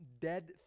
dead